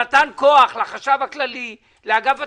שנתן כוח לחשב הכללי, לאגף התקציבים,